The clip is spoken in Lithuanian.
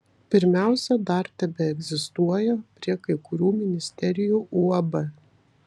pirmiausia dar tebeegzistuoja prie kai kurių ministerijų uab